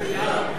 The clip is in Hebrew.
של בלעם.